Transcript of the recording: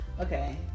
Okay